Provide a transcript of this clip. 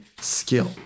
skill